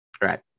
right